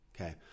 okay